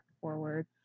forward